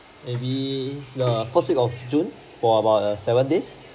maybe the first week of june for about a seven days